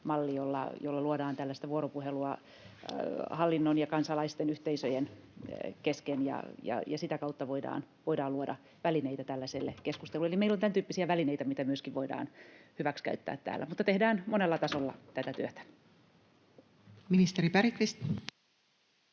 jolla luodaan vuoropuhelua hallinnon ja kansalaisten ja yhteisöjen kesken, ja sitä kautta voidaan luoda välineitä tällaiselle keskustelulle. Eli meillä on tämäntyyppisiä välineitä, joita myöskin voidaan hyväksikäyttää täällä. Tehdään monella tasolla tätä työtä. [Speech 262]